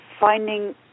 finding